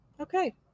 Okay